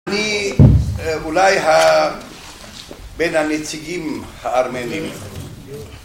אני אולי בין הנציגים הארמניים.